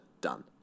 done